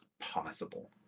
possible